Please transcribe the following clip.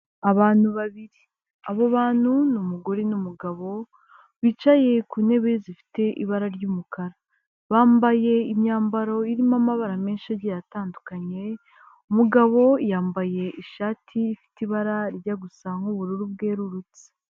Abantu babiri, abo bantu n'umugore n'umugabo bicaye ku ntebe zifite ibara ry'umukara, bambaye imyambaro irimo amabara menshi agiye atandukanye, umugabo yambaye ishati ifite ibara rijya gusa nk'ubururu bwerurutse.